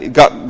got